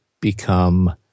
become